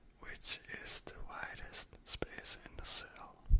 which is the widest space in the cell.